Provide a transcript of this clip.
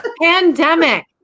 Pandemic